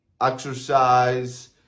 Exercise